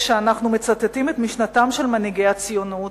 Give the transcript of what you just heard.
כשאנחנו מצטטים את משנתם של מנהיגי הציונות,